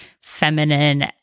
feminine